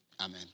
Amen